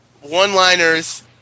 one-liners